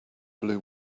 blue